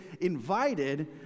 invited